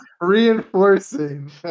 reinforcing